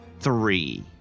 Three